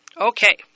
Okay